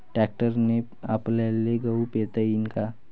ट्रॅक्टरने आपल्याले गहू पेरता येईन का?